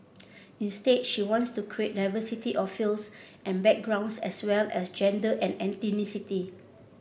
instead she wants to create diversity of fields and backgrounds as well as gender and ethnicity